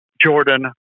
Jordan